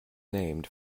named